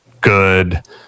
good